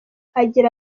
agira